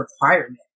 requirement